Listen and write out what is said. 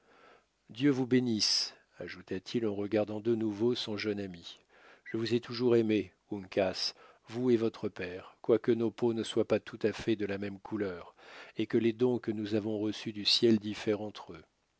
dieu vous bénisse ajouta-til en regardant de nouveau son jeune ami je vous ai toujours aimé uncas vous et votre père quoique nos peaux ne soient pas tout à fait de la même couleur et que les dons que nous avons reçus du ciel diffèrent entre eux